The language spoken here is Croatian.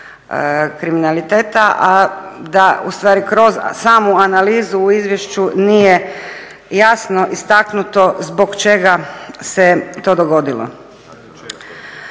kriminaliteta, a da u stvari kroz samu analizu u izvješću nije jasno istaknuto zbog čega se to dogodilo.